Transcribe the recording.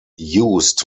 used